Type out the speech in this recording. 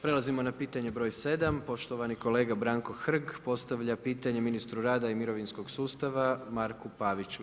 Prelazimo na pitanje br. 7. poštovani kolega Branko Hrg postavlja pitanje ministru rada i mirovinskog sustava Mariku Paviću.